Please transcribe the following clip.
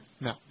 No